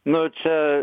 nu čia